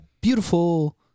beautiful